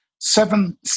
seven